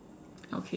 okay